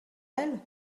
elle